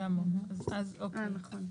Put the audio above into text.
אוקיי.